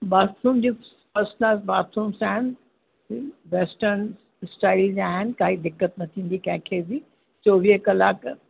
bathroom जी personal bathrooms आहिनि western style जा आहिनि काई दिक़त न थींदी कंहिं खे बि चोवीह कलाक